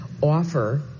offer